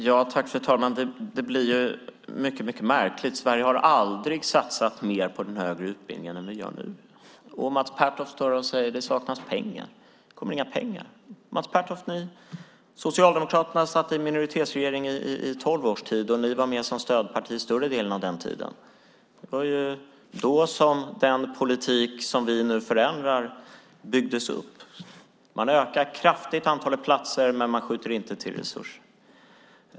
Fru talman! Det blir mycket märkligt. Sverige har aldrig satsat mer på den högre utbildningen än vad vi gör nu. Mats Pertoft står här och säger att det saknas pengar och att det inte kommer några pengar. Socialdemokraterna satt i minoritetsregering i tolv års tid. Ni var med som stödparti större delen av den tiden. Det var då den politik som vi nu förändrar byggdes upp. Man ökade kraftigt antalet platser, men man sköt inte till resurser.